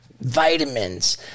Vitamins